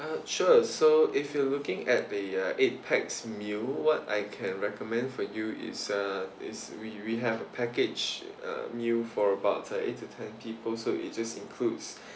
uh sure so if you are looking at the eight pax meal what I can recommend for you is uh is we we have a package uh meal for about uh eight to ten people so it just includes